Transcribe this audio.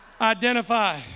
identify